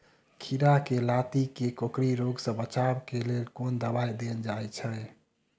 खीरा केँ लाती केँ कोकरी रोग सऽ बचाब केँ लेल केँ दवाई देल जाय छैय?